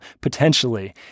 potentially